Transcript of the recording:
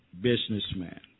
businessman